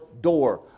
door